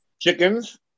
chickens